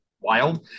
wild